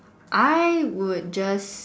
I would just